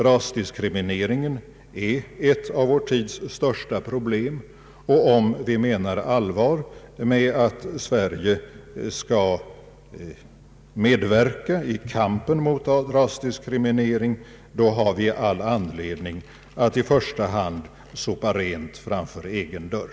Rasdiskrimineringen är ett av vår tids största problem, Om vi menar allvar med att Sverige skall medverka i kampen mot rasdiskrimineringen, då har vi all anledning att i första hand sopa rent framför egen dörr.